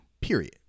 Period